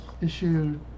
Issue